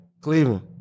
Cleveland